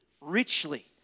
richly